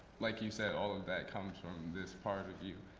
like you said, all of that comes from this part of you.